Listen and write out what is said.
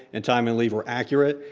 and time and leave were accurate,